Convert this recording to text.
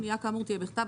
פנייה כאמור תהיה בכתב,